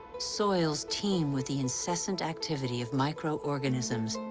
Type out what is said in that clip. soils teem with the incessant activity of micro-organisms,